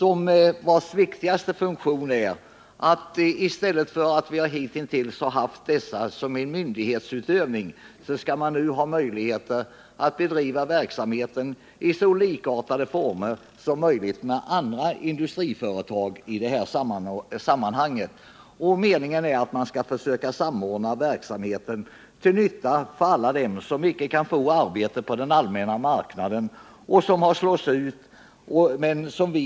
Den viktigaste effekten av den nya stiftelseorganisationen är att man nu kommer att ha möjlighet att bedriva den skyddade verksamheten under likartade former som t.ex. industriföretag, i stället för att den som hittills har skett genom myndighetsutövning. Meningen är att man skall försöka samordna verksamheten till nytta för alla dem som icke kan få arbete på den allmänna marknaden och som slås ut.